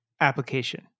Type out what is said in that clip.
application